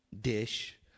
dish